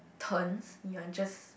turns you are just